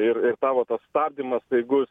ir ir tavo tas stabdymas staigus